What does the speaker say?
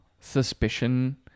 suspicion